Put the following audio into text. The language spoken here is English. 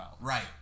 Right